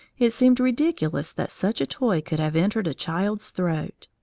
it seemed ridiculous that such a toy could have entered a child's throat.